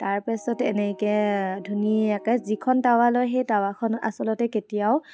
তাৰপাছত এনেকৈ ধুনীয়াকৈ যিখন টাৱা লয় সেই টাৱাখন আচলতে কেতিয়াও